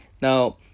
now